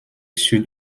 sud